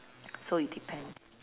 so it depends